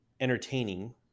entertaining